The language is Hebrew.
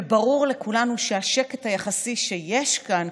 וברור לכולנו שהשקט היחסי שיש כאן,